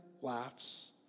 laughs